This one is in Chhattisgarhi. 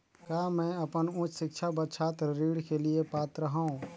का मैं अपन उच्च शिक्षा बर छात्र ऋण के लिए पात्र हंव?